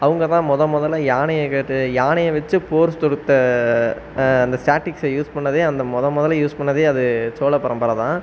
அவங்க தான் முத முதல்ல யானையை கட்டி யானையை வச்சு போர் தொடுத்த அந்த ஸ்டாட்டிக்ஸை யூஸ் பண்ணதே அந்த முத முதல்ல யூஸ் பண்ணதே அது சோழர் பரம்பரை தான்